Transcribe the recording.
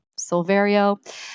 Silverio